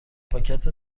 پاکت